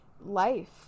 life